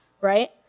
right